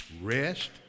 rest